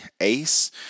Ace